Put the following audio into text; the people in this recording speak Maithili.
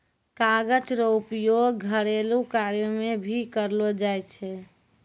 कागज रो उपयोग घरेलू कार्य मे भी करलो जाय छै